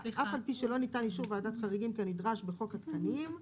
אף על פי שלא ניתן אישור ועדת חריגים כנדרש בחוק התקנים,